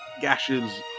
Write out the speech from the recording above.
gashes